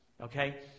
Okay